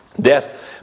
Death